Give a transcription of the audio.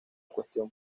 cuestión